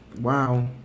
Wow